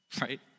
right